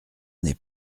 n’est